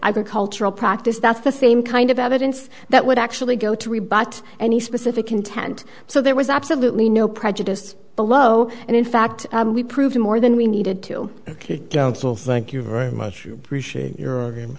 either cultural practice that's the same kind of evidence that would actually go to rebut any specific content so there was absolutely no prejudice below and in fact we proved more than we needed to counsel thank you very much appreciate your